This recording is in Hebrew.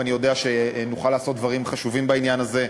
ואני יודע שנוכל לעשות דברים חשובים בעניין הזה.